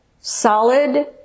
solid